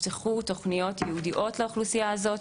נפתחו תוכניות ייעודיות לאוכלוסייה הזאת.